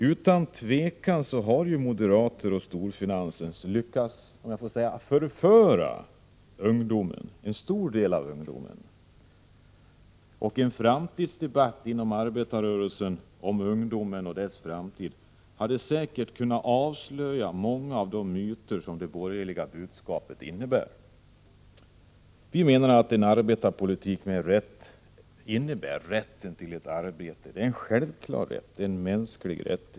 Utan tvivel har moderaterna och storfinansen lyckats — om jag får uttrycka mig så — förföra en stor del av ungdomen. En debatt inom arbetarrörelsen om ungdomen och dess framtid hade säkert kunnat avslöja många av de myter som uppstått genom det borgerliga budskapet. Vi menar att en arbetarpolitik skall innebära rätten till ett arbete. Det är en självklar mänsklig rätt.